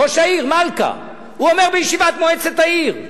ראש העיר מלכה אמר בישיבת מועצת העיר: